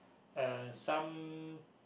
uh some